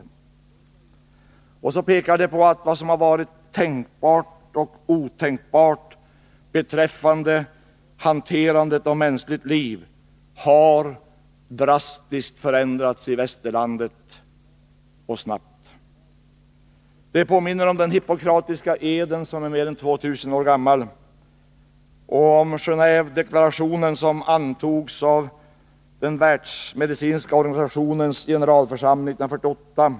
Man pekar på det förhållandet att vad som har varit tänkbart resp. otänkbart beträffande hanterandet av mänskligt liv drastiskt och snabbt har förändrats i Västerlandet. Man påminner också om den hippokratiska eden, som är mer än 2000 år gammal, och om Genéevedeklarationen, som antogs av den världsmedicinska generalförsamlingen år 1948.